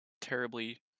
terribly